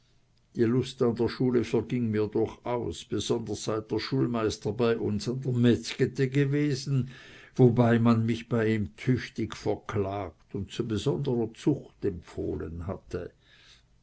die lust an der schule verging mir durchaus besonders seit der schulmeister bei uns an der metzgete gewesen wo man mich bei ihm tüchtig verklagt und zu besonderer zucht empfohlen hatte